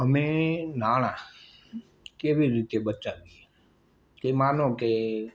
અમે નાણાં કેવી રીતે બચાવીએ એ માનો કે